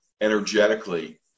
energetically